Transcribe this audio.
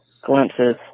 glimpses